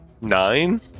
Nine